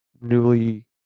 newly